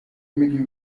میدین